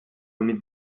mit